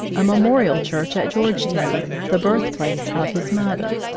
a memorial church at georgetown, the birthplace of his mother,